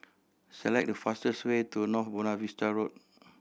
select the fastest way to North Buona Vista Road